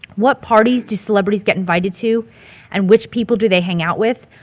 what parties do celebrities get invited to and which people do they hang out with?